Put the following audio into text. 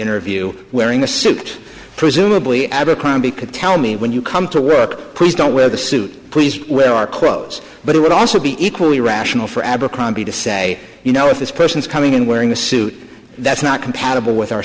interview wearing a suit presumably abercrombie could tell me when you come to work please don't wear the suit please wear our clothes but it would also be equally rational for abercrombie to say you know if this person is coming in wearing a suit that's not compatible with our